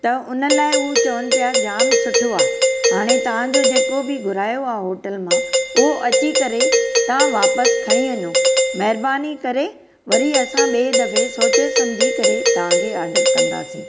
त हुननि लाइ हूअ चवन पिया त जाम सुठो आहे हाणे तव्हांजो जेको बि घुरायो आहे होटल मां उहो अची करे तव्हां वापसि खणी वञो महिरबानी करे वरी असां ॿिए दफ़े सोचे सम्झी करे तव्हांखे ऑर्डरु कंदासीं